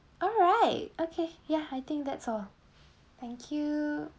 alright okay ya I think that's all thank you